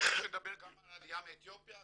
אתה רוצה שנדבר גם העלייה מאתיופיה,